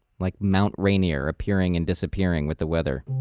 like mount rainier appearing and disappearing with the weather.